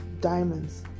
diamonds